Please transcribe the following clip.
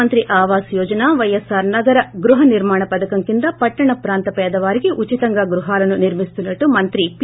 ప్రధానమంగతి ఆవాస్ యోజన వైఎస్సార్ నగర గృహనిర్మాణ పథకం కింద పట్టణ పాంత పేదవారికి ఉచితంగా గృహాలను నిర్మిస్తున్నట్టు మంఁతి పి